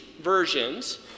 versions